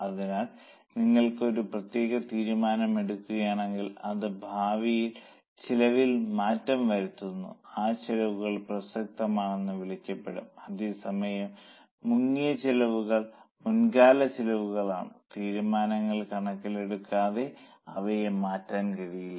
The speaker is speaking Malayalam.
അതിനാൽ നിങ്ങൾ ഒരു പ്രത്യേക തീരുമാനം എടുക്കുകയാണെങ്കിൽ അത് ഭാവിയിൽ ചെലവിൽ മാറ്റം വരുത്തുന്നു ആ ചെലവുകൾ പ്രസക്തമെന്ന് വിളിക്കപ്പെടും അതേസമയം മുങ്ങിയ ചെലവുകൾ മുൻകാല ചെലവുകളാണ് തീരുമാനങ്ങൾ കണക്കിലെടുക്കാതെ അവയെ മാറ്റാൻ കഴിയില്ല